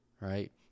Right